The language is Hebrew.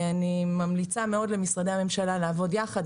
אני ממליצה מאוד למשרדי הממשלה לעבוד יחד.